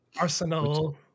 Arsenal